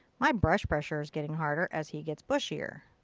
my brush pressure is getting harder as he gets bushier.